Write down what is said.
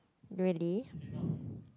really